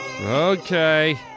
Okay